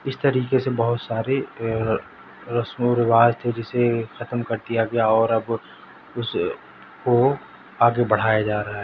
اس طریقے سے بہت سارے رسم و رواج تھے جسے ختم کر دیا گیا اور اب اس کو آگے بڑھایا جا رہا ہے